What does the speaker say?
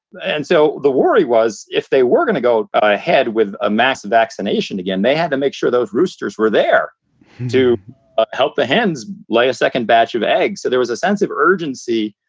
and so the worry was if they were going to go ahead with a mass vaccination again, they had to make sure those roosters were there to help the hens lay a second batch of eggs. so there was a sense of urgency.